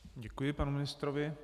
Děkuji panu ministrovi.